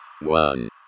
one